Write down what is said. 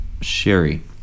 sherry